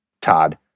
Todd